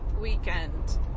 weekend